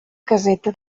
caseta